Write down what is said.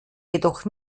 jedoch